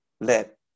let